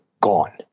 gone